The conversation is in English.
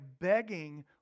begging